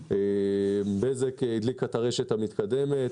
בזק הדליקה את הרשת המתקדמת.